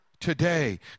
today